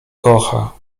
kocha